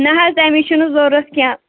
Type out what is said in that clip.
نہ حَظ تَمِچ چھیٚنہٕ ضوٚرَتھ کیٚنٛہہ